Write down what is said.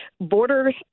borders